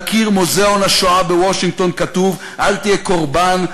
על קיר מוזיאון השואה בוושינגטון כתוב: אל תהיה קורבן,